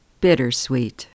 bittersweet